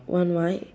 one white